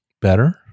better